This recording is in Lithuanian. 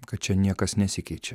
kad čia niekas nesikeičia